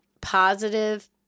positive